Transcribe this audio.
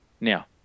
Now